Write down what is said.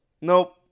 nope